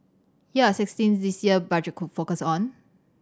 here are six things this year Budget could focus on